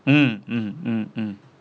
mm mm mm mm